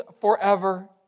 forever